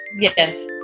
Yes